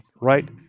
right